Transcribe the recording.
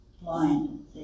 blind